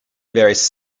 varies